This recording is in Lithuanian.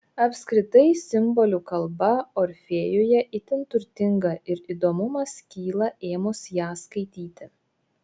apskritai simbolių kalba orfėjuje itin turtinga ir įdomumas kyla ėmus ją skaityti